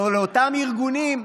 ולאותם ארגונים,